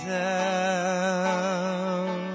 down